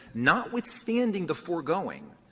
notwithstanding the foregoing.